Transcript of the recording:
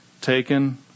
taken